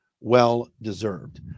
well-deserved